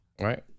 Right